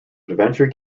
adventure